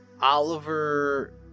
Oliver